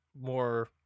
more